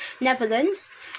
Netherlands